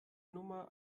nummer